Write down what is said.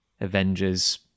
Avengers